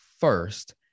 first